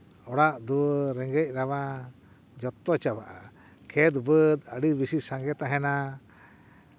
ᱚᱲᱟᱜ ᱫᱩᱣᱟᱹᱨ ᱨᱮᱸᱜᱮᱡ ᱨᱟᱵᱟᱝ ᱡᱚᱛᱚ ᱪᱟᱵᱟᱜᱼᱟ ᱠᱷᱮᱛ ᱵᱟᱹᱫ ᱟᱹᱰᱤ ᱵᱮᱥᱤ ᱥᱟᱸᱜᱮ ᱛᱟᱦᱮᱱᱟ